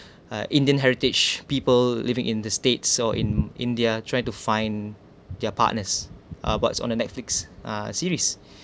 uh indian heritage people living in the state so in india trying to find their partners uh but is on the netflix uh series